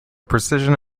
precision